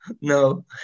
no